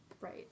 Right